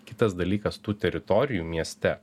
kitas dalykas tų teritorijų mieste